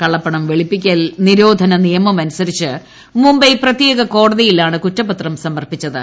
കള്ളപ്പണം വെളുപ്പിക്കൽ നിരോധന നിയമമനുസരിച്ച് മുംബൈ പ്രത്യേക കോടതിയിലാണ് കുറ്റപത്രം സമർപ്പിച്ചത്